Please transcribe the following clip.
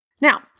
Now